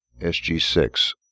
SG6